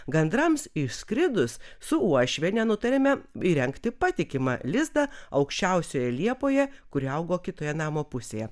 gandrams išskridus su uošviene nutarėme įrengti patikimą lizdą aukščiausioje liepoje kuri augo kitoje namo pusėje